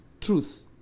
truth